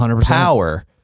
power